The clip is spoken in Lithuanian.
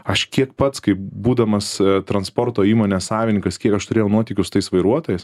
aš kiek pats kaip būdamas transporto įmonės savininkas kiek aš turėjau nuotykių su tais vairuotojais